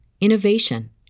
innovation